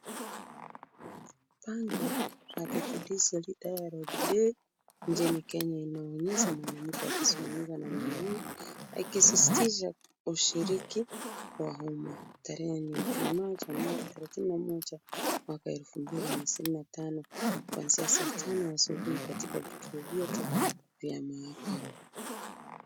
Bango la the judiciary dialogue day nchini Kenya inaonyesha mwanamke akizungumza na mwanaume, akisisitiza ushiriki wa umma. Tarehe ni ijumaa januari ishirini na moja, mwaka wa 2025 kuanzia saa tano asubuhi katika vituo vyote vya mahakama.